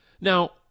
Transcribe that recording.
Now